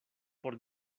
por